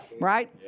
Right